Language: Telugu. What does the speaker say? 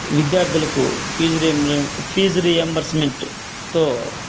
విద్యార్థులకు ఫీజు రియ ఫీజు రియంబర్స్మెంట్తో